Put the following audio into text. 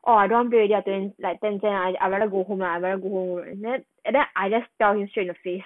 !wah! I don't want play already like like ten cent ah I rather go home lah I rather go home then then I just tell him straight in the face